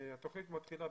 התוכנית מתחילה,